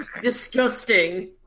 disgusting